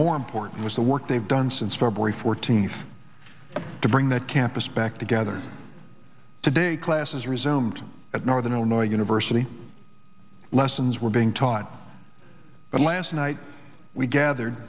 more important was the work they've done since february fourteenth to bring that campus back together today classes resumed at northern illinois university lessons were being taught but last night we gather